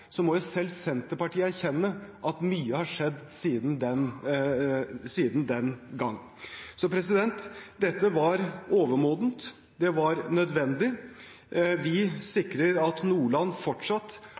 må selv Senterpartiet erkjenne at mye har skjedd siden den gang. Dette var overmodent. Det var nødvendig. Vi sikrer at Nordland fortsatt